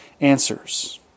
answers